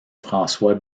françois